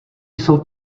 jsou